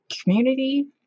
community